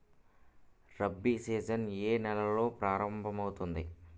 Rabi season ఏ నెలలో ప్రారంభమౌతుంది?